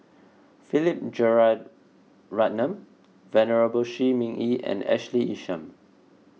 Philip Jeyaretnam Venerable Shi Ming Yi and Ashley Isham